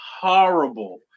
horrible